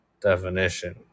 definition